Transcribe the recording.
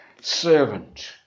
servant